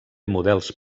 models